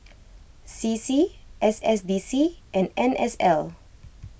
C C S S D C and N S L